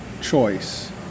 choice